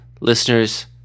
Listeners